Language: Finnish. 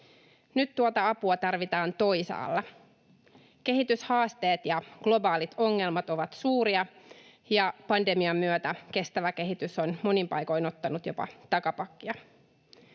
Nyt tuota apua tarvitaan toisaalla. Kehityshaasteet ja globaalit ongelmat ovat suuria, ja pandemian myötä kestävä kehitys on monin paikoin ottanut jopa takapakkia.